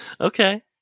Okay